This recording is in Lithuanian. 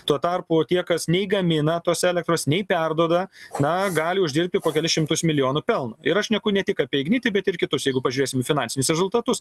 tuo tarpu tie kas nei gamina tos elektros nei perduoda na gali uždirbti po kelis šimtus milijonų pelno ir aš šneku ne tik apie ignitį bet ir kitus jeigu pažiūrėsim finansinius rezultatus